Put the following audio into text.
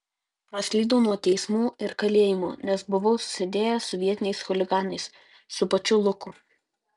praslydau nuo teismų ir kalėjimų nes buvau susidėjęs su vietiniais chuliganais su pačiu luku